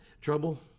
trouble